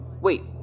Wait